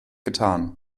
getan